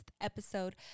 episode